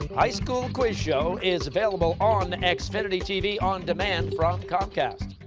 high school quiz show is available on xfinity tv on demand from comcast.